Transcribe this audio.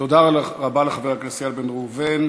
תודה רבה לחבר הכנסת איל בן ראובן.